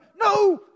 no